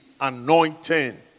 anointing